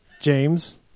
james